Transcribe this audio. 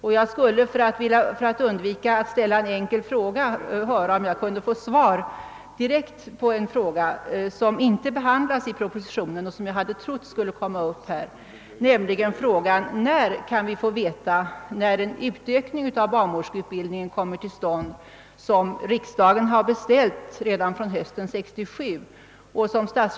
För att undvika att behöva ställa en enkel fråga senare undrar jag om jag redan nu kan få direkt svar på en fråga, som inte behandlas i propositionen men som jag hade trott skulle komma upp där. Kan vi få veta när den utökning av barnmorskeutbildningen som riksdagen beställt redan hösten 1967 kommer till stånd?